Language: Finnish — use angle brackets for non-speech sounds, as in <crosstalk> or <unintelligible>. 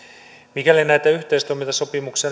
mikäli näitä yhteistoimintasopimuksia <unintelligible>